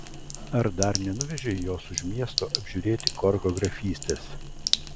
ar dar nenuvežei jos už miesto apžiūrėti korko grafystės